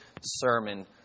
sermon